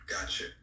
Gotcha